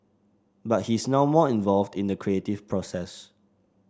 but he's now more involved in the creative process